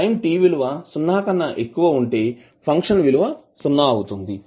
time t విలువ సున్నా కన్నా ఎక్కువ ఉంటే ఫంక్షన్ విలువ సున్నా అవుతుంది